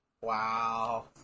Wow